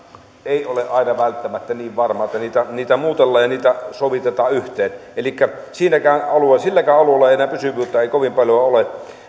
ei ole aina välttämättä niin varma kun niitä muutellaan ja niitä sovitetaan yhteen elikkä silläkään alueella ei enää pysyvyyttä kovin paljon ole